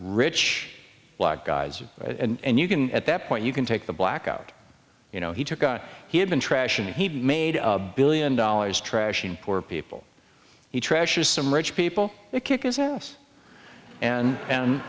rich black guys and you can at that point you can take the black out you know he took out he had been trash and he made a billion dollars trashing poor people he trashes some rich people they kicked his house and